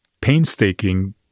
painstaking